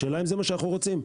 השאלה אם זה מה שאנחנו רוצים?